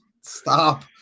stop